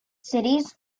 cities